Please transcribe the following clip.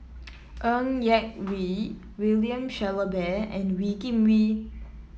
Ng Yak Whee William Shellabear and Wee Kim Wee